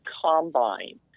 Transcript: combine